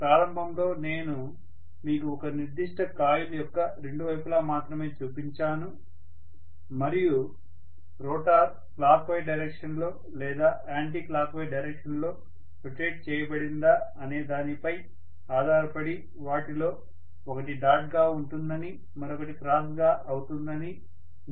ప్రారంభంలో నేను మీకు ఒక నిర్దిష్ట కాయిల్ యొక్క రెండు వైపులా మాత్రమే చూపించాను మరియు రోటర్ క్లాక్ వైజ్ డైరెక్షన్ లో లేదా యాంటి క్లాక్వైస్ డైరెక్షన్ లో రొటేట్ చేయబడిందా అనే దానిపై ఆధారపడి వాటిలో ఒకటి డాట్ గా ఉంటుందని మరొకటి క్రాస్ అవుతుందని నేను చెప్పాను